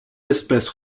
espèces